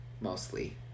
Mostly